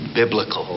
biblical